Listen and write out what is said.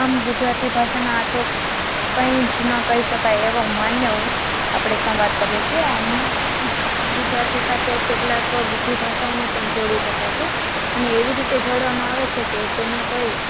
આમ ગુજરાતી ભાષાના આ તો કંઈ જ ન કહી શકાય એવો માન્યઓ આપણે સંવાદ કરીએ છીએ આમ ગુજરાતી સાથે કેટલાક બીજી ભાષાઓને પણ જોડી શકાય છે અને એવી રીતે જોડવામાં આવે છે કે તેનો કોઈ